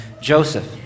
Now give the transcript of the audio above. Joseph